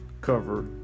cover